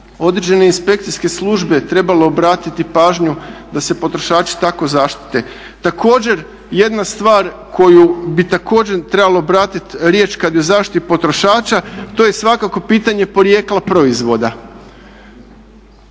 određene inspekcijske službe trebale obratiti pažnju da se potrošači tako zaštite. Također jedna stvar koju bi također trebalo obratiti riječ kad je o zaštiti potrošača, to je svakako pitanje porijekla proizvoda.